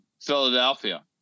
Philadelphia